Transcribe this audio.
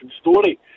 story